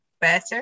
better